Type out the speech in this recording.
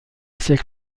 siècle